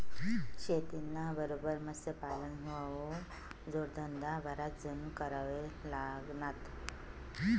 शेतीना बरोबर मत्स्यपालन हावू जोडधंदा बराच जण कराले लागनात